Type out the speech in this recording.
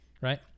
right